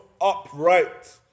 upright